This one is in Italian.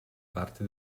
parti